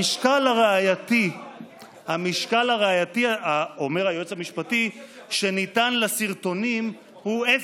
המשקל הראייתי שניתן לסרטונים הוא אפס.